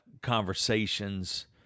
conversations